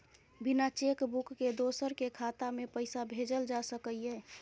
बिना cheque book के दोसर के खाता में पैसा भेजल जा सकै ये?